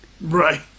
Right